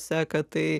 seka tai